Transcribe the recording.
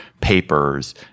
papers